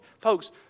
Folks